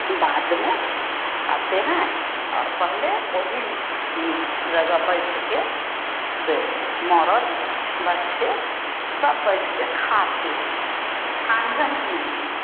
बाद में खाते हैं और पहले वही जगह बैठकर से मरद बच्चे सब बैठकर खाते हैं आँगन में